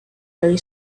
very